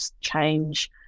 change